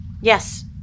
Yes